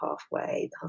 halfway